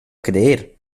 creer